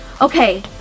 okay